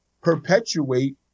perpetuate